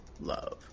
love